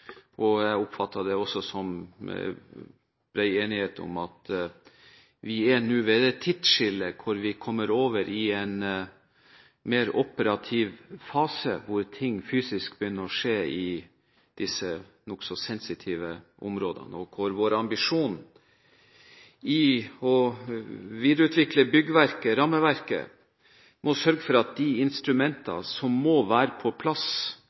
Jeg oppfattet det også som at det er bred enighet om at vi nå er ved det tidsskillet hvor vi kommer over i en mer operativ fase, hvor ting fysisk begynner å skje i disse nokså sensitive områdene, og hvor vår ambisjon om å videreutvikle rammeverket og å sørge for at instrumentene som må være på plass,